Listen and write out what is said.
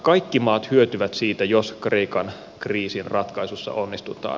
kaikki maat hyötyvät siitä jos kreikan kriisin ratkaisussa onnistutaan